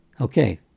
okay